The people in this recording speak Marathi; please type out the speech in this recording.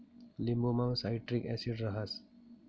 लिंबुमा सायट्रिक ॲसिड रहास